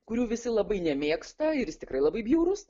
kurių visi labai nemėgsta ir jis tikrai labai bjaurus